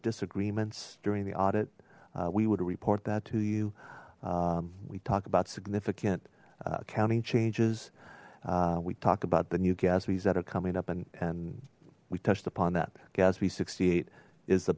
disagreements during the audit we would report that to you we talked about significant accounting changes we talked about the new guess fees that are coming up and and we touched upon that gatsby sixty eight is the